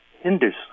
hinders